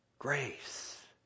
Grace